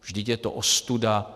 Vždyť je to ostuda.